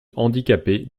handicapée